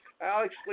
Alex